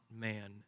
man